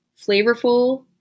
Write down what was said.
flavorful